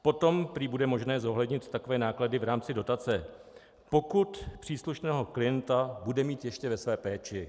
Potom prý bude možné zohlednit takové náklady v rámci dotace, pokud příslušného klienta bude mít ještě ve své péči.